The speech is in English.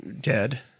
dead